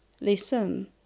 listen